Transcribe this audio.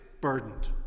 burdened